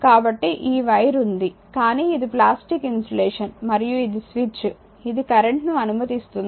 కాబట్టి ఈ వైర్ ఉంది కానీ ఇది ప్లాస్టిక్ ఇన్సులేషన్ మరియు ఇది స్విచ్ ఇది కరెంట్ను అనుమతిస్తుంది